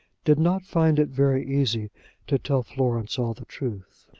did not find it very easy to tell florence all the truth.